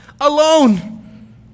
alone